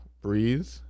breathe